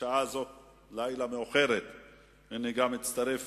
בשעת לילה מאוחרת זו, הנה מצטרף